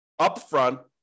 upfront